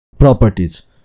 properties